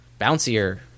bouncier